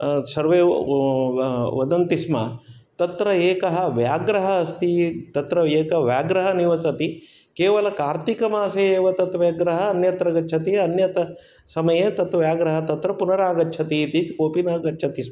सर्वे व वदन्ति स्म तत्र एकः व्याघ्रः अस्ति तत्र एकः व्याघ्रः निवसति केवलं कार्तिकमासे एव तत् व्याघ्रः अन्यत्र गच्छति अन्यत् समये तत् व्याघ्रः तत्र पुनरागच्छति इति कोऽपि न गच्छति स्म